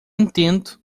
entendo